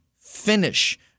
finish